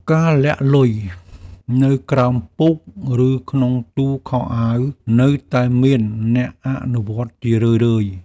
ការលាក់លុយនៅក្រោមពូក ឬក្នុងទូខោអាវ នៅតែមានអ្នកអនុវត្តជារឿយៗ។